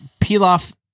Pilaf